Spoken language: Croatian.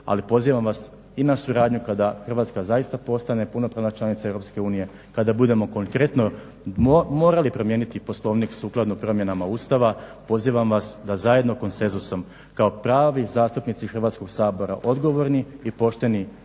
ali pozivam vas i na suradnju kada Hrvatska zaista postane punopravna članica Europske unije, kada budemo konkretno morali promijeniti Poslovnik sukladno promjenama Ustava, pozivam vas da zajedno konsenzusom kao pravi zastupnici Hrvatskog sabora, odgovorni i pošteni,